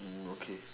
okay